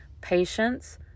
Patience